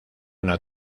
una